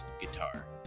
guitar